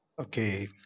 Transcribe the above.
Okay